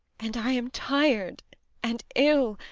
and i am tired and ill,